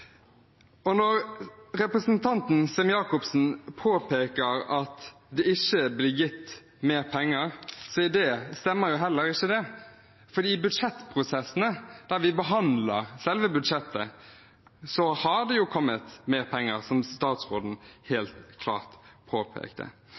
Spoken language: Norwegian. innstillingen. Når representanten Sem-Jacobsen påpeker at det ikke blir gitt mer penger, stemmer heller ikke det, for i budsjettprosessene, der vi behandler selve budsjettet, har det jo kommet mer penger, som statsråden